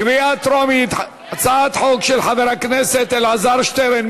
קריאה טרומית, הצעת חוק של חבר הכנסת אלעזר שטרן.